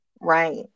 Right